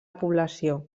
població